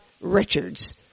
Richards